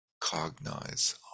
cognize